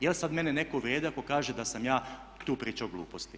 Jel sad mene netko uvrijedio ako kaže da sam ja tu pričao gluposti?